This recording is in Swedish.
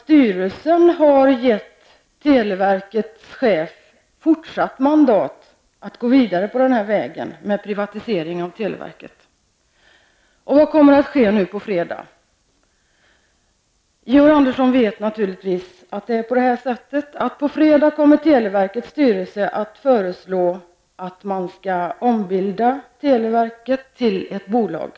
Styrelsen har redan gett televerkets chef fortsatt mandat att gå vidare på den här vägen med privatisering av televerket. Vad kommer att ske nu på fredag? Georg Andersson vet naturligtvis att televerkets styrelse på fredag kommer att föreslå att televerket skall ombildas till ett bolag.